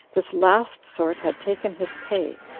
this last sort had taken his pay,